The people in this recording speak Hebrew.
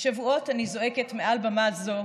שבועות אני זועקת מעל במה זו,